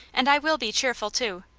and i will be cheerful, too.